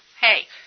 Hey